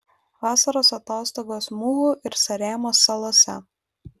vasaros atostogos muhu ir saremos salose